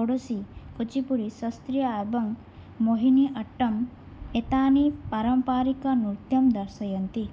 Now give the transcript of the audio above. ओडोस्सि कुचिपुडि सस्त्र्याबङ्ग् मोहिनि अट्टम् एतानि पारम्परिकनृत्यं दर्शयन्ति